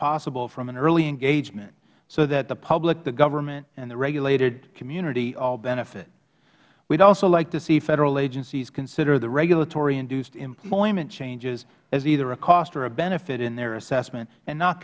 possible from an early engagement so that the public the government and the regulated community all benefit we would also like to see federal agencies consider the regulatoryinduced employment changes as either a cost or a benefit in their assessment and not